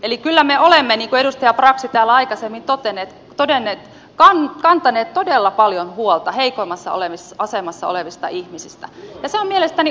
eli kyllä me olemme niin kuin edustaja brax täällä aikaisemmin totesi kantaneet todella paljon huolta heikoimmassa asemassa olevista ihmisistä ja se on mielestäni oikein